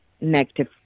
negative